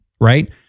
Right